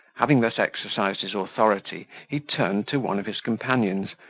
having thus exercised his authority, he turned to one of his companions,